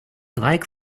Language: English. like